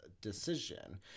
decision